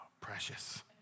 precious